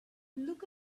look